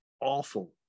awful